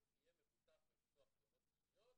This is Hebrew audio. יהיה מבוטח בביטוח תאונות אישיות